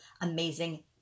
amazing